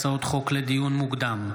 הצעות חוק לדיון מוקדם,